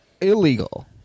Illegal